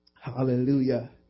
Hallelujah